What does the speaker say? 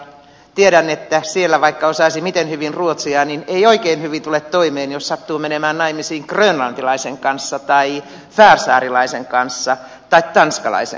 tiedän että siellä vaikka osaisi miten hyvin ruotsia ei oikein hyvin tule toimeen jos sattuu menemään naimisiin grönlantilaisen kanssa tai färsaarelaisen kanssa tai tanskalaisen kanssa